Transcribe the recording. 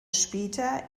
später